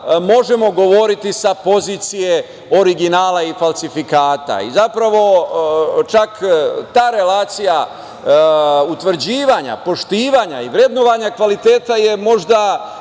možemo govoriti sa pozicije originala i falsifikata. Zapravo, čak ta relacija utvrđivanja, poštovanja i vrednovanja kvaliteta je možda